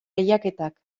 lehiaketak